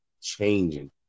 changing